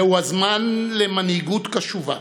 זהו הזמן למנהיגות קשובה